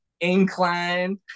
Incline